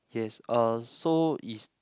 yes uh so is